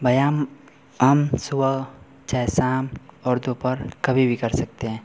व्यायाम हम सुबह चाहे शाम और दोपहर कभी भी कर सकते हैं